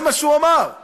זה מה שהוא אמר.